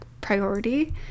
priority